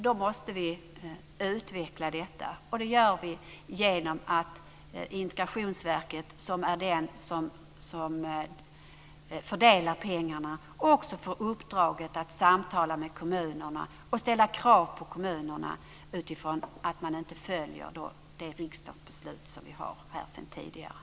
Då måste vi utveckla detta, och det gör vi genom att Integrationsverket, som är den instans som fördelar pengarna, också får uppdraget att samtala med kommunerna och ställa krav på kommunerna utifrån att de inte följer det riksdagsbeslut som finns sedan tidigare.